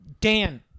Dan